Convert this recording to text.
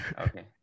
okay